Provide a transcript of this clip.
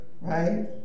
Right